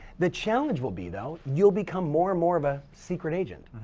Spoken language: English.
the challenge will be though you'll become more and more of a secret agent.